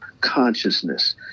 consciousness